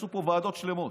עשו פה ועדות שלמות.